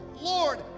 Lord